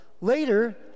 Later